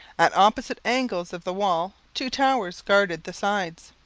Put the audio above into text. at opposite angles of the wall two towers guarded the sides.